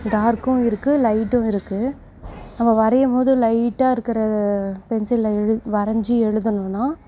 டார்க்கும் இருக்குது லைட்டும் இருக்குது நம்ம வரையும் போது லைட்டாக இருக்கிற பென்சிலில் வரைஞ்சி எழுதினோன்னா